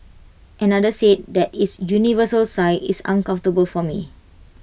another said that its universal size is uncomfortable for me